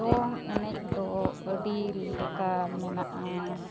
ᱫᱚᱝ ᱮᱱᱮᱡ ᱫᱚ ᱟᱹᱰᱤ ᱞᱮᱠᱟ ᱢᱮᱱᱟᱜᱼᱟ